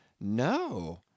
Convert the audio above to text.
No